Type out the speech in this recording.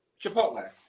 Chipotle